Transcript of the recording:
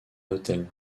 hôtel